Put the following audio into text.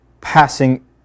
passing